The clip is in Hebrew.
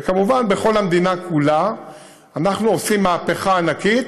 וכמובן, בכל המדינה כולה אנחנו עושים מהפכה ענקית.